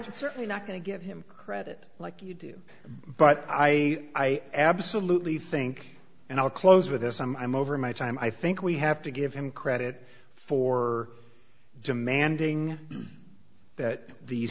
certainly not going to give him credit like you do but i absolutely think and i'll close with this i'm over my time i think we have to give him credit for demanding that the